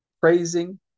praising